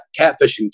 catfishing